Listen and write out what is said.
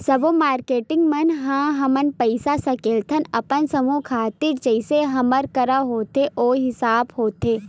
सब्बो मारकेटिंग मन ह हमन पइसा सकेलथन अपन समूह खातिर जइसे हमर करा होथे ओ हिसाब होथे